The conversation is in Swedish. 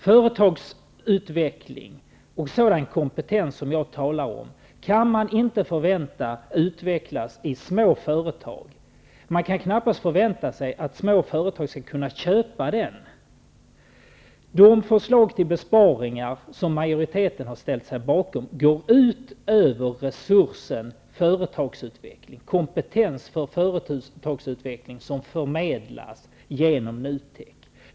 Företagsutveckling och sådan kompetens som jag talar om kan man inte vänta sig i små företag. Man kan knappast förvänta att små företag skall kunna köpa den. De förslag till besparingar som majoriteten har ställt sig bakom går ut över resurser, företagsutveckling, kompetens för företagsutveckling, som förmedlas genom NUTEK.